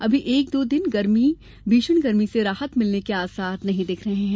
अभी एक दो दिन भीषण गर्मी से राहत मिलने के आसार नहीं दिख रहे हैं